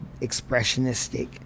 expressionistic